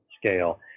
scale